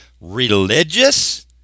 religious